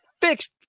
fixed